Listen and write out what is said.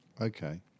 Okay